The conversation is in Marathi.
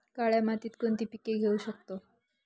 काळ्या मातीत कोणती पिके घेऊ शकतो?